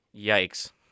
Yikes